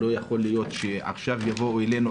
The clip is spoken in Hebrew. לא יכול להיות שעכשיו יבואו אלינו,